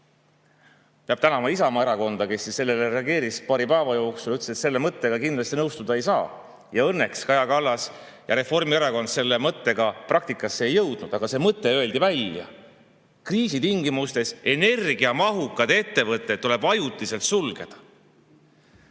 Peab tänama Isamaa Erakonda, kes reageeris sellele paari päeva jooksul ja ütles, et selle mõttega kindlasti nõustuda ei saa. Õnneks Kaja Kallas ja Reformierakond selle mõttega praktikasse ei jõudnud, aga see mõte öeldi välja. Kriisi tingimustes energiamahukad ettevõtted tuleb ajutiselt sulgeda!